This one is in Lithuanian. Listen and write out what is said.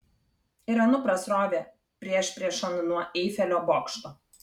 ir anupras rovė priešpriešom nuo eifelio bokšto